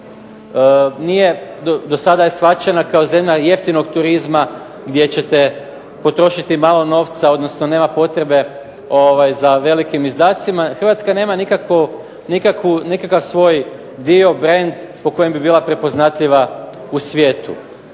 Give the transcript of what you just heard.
nije, do sada je shvaćana kao zemlja jeftinog turizma gdje ćete potrošiti malo novca, odnosno nema potrebe za velikim izdacima. Hrvatska nema nikakav svoj dio, brand po kojem bi bila prepoznatljiva u svijetu.